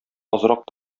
азрак